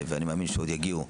ואני מאמין שעוד יגיעו,